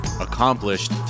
accomplished